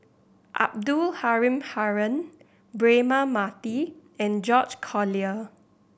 Abdul Halim Haron Braema Mathi and George Collyer